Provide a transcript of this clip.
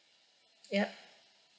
ya